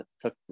took